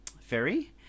ferry